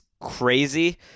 crazy